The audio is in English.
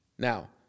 Now